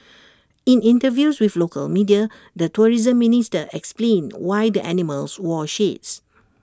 in interviews with local media the tourism minister explained why the animals wore shades